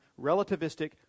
relativistic